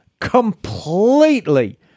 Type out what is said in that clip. completely